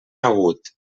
agut